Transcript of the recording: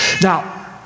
Now